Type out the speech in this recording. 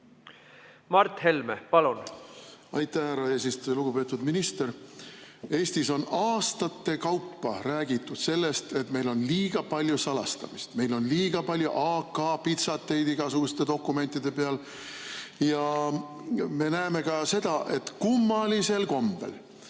Mart Helme, palun! Aitäh, härra eesistuja! Lugupeetud minister! Eestis on aastate kaupa räägitud sellest, et meil on liiga palju salastamist, meil on liiga palju AK-pitsateid igasuguste dokumentide peal. Me näeme ka seda, et kummalisel kombel